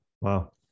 Wow